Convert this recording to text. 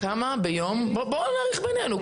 כמה ביום יפרו?